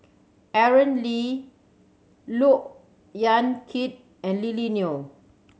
Aaron Lee Look Yan Kit and Lily Neo